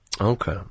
Okay